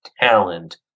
talent